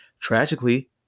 tragically